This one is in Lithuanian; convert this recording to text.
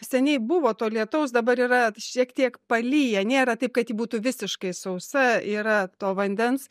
seniai buvo to lietaus dabar yra šiek tiek palyja nėra taip kad ji būtų visiškai sausa yra to vandens